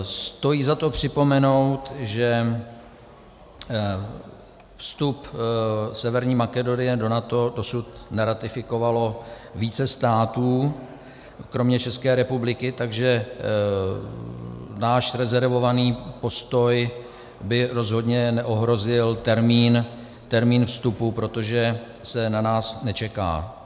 Stojí za to připomenout, že vstup Severní Makedonie do NATO dosud neratifikovalo více států kromě České republiky, takže náš rezervovaný postoj by rozhodně neohrozil termín vstupu, protože se na nás nečeká.